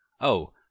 Oh